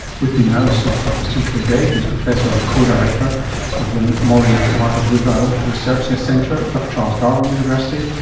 with me now is sue sue kildea who is professor and co-director of the molly wadaguga research centre at charles darwin university,